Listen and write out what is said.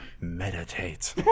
meditate